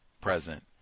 present